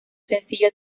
sencillo